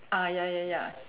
ya ya ya